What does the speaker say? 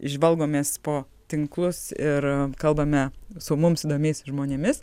žvalgomės po tinklus ir kalbame su mums įdomiais žmonėmis